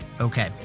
Okay